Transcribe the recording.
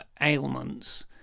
ailments